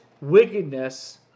wickedness